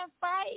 fight